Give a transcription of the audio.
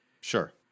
Sure